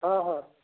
ହଁ ହଁ